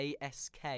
ASK